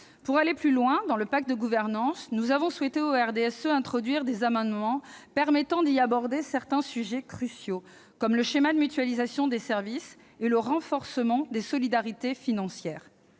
Pour aller plus loin dans le pacte de gouvernance, le RDSE a souhaité introduire des amendements permettant d'y aborder certains sujets cruciaux, comme le schéma de mutualisation des services et le renforcement des solidarités financières.